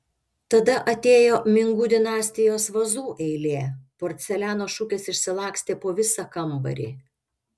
tada atėjo mingų dinastijos vazų eilė porceliano šukės išsilakstė po visą kambarį